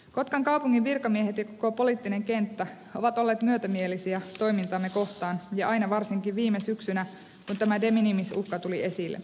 kotkan kaupungin virkamiehet ja koko poliittinen kenttä ovat olleet myötämielisiä toimintaamme kohtaan aina ja varsinkin viime syksynä kun tämä de minimis uhka tuli esille